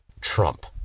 trump